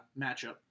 matchup